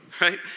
right